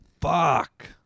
Fuck